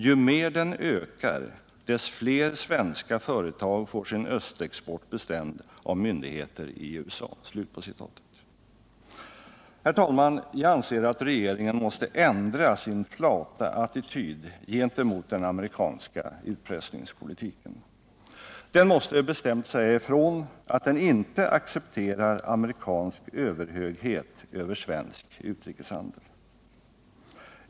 Ju mer den ökar, dess fler svenska företag får sin östexport bestämd av myndigheter i USA.” Herr talman! Jag anser att regeringen måste ändra sin flata attityd gentemot den amerikanska utpressningspolitiken. Den måste bestämt säga ifrån att den inte accepterar amerikansk överhöghet över svensk utrikeshandel.